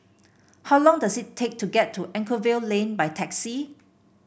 how long does it take to get to Anchorvale Lane by taxi